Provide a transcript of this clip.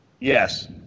yes